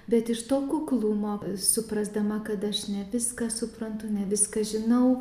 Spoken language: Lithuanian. bet iš to kuklumo suprasdama kad aš ne viską suprantu ne viską žinau